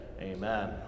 Amen